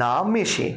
না মেশে